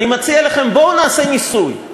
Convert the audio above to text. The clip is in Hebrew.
אני מציע לכם, בואו נעשה ניסוי,